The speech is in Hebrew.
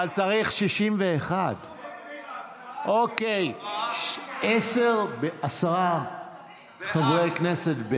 אבל צריך 61. עצם ההצבעה התקבלה.